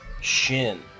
Shin